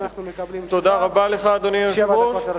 ומה שאנחנו מקבלים עכשיו, שבע דקות לרשותך.